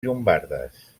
llombardes